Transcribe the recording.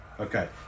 okay